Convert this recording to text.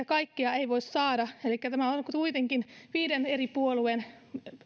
kaikkea ei voi saada elikkä tämä on on kuitenkin viiden eri puolueen